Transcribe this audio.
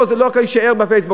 לא, זה לא יישאר רק בפייסבוק.